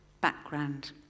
background